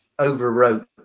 overwrote